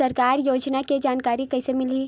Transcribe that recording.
सरकारी योजना के जानकारी कइसे मिलही?